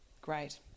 Great